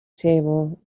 table